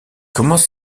commence